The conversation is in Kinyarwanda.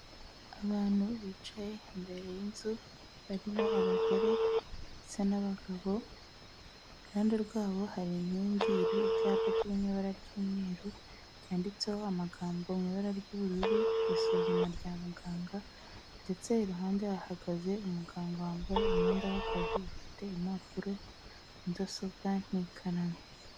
Abantu bicaye imbere y'inzu barimo abagore sndetse n'abagabo, iruhande rwabo hari inkingi iriho icyapa kiri mu ibara ry'umweru, cyanditseho amagambo mu ibara ry'ubururu "Isuzuma rya muganga" ndetse iruhande hahagaze umuganga wambaye umwenda w'akazi ufite impapuro, mudasobwa n'ikaramu.